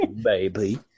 Baby